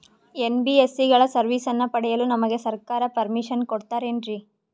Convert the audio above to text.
NBSC ಗಳ ಸರ್ವಿಸನ್ನ ಪಡಿಯಲು ನಮಗೆ ಸರ್ಕಾರ ಪರ್ಮಿಷನ್ ಕೊಡ್ತಾತೇನ್ರೀ?